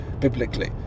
Biblically